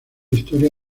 historia